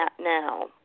now